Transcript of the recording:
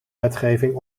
wetgeving